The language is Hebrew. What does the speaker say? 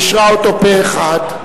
פה-אחד.